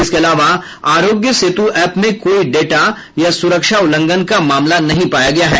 इसके अलावा आरोग्य सेतु ऐप में कोई डेटा या सुरक्षा उल्लंघन का मामला नहीं पाया गया है